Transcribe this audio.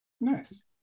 Nice